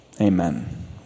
Amen